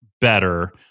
better